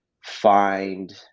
find